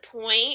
point